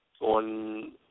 on